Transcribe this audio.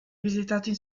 visitato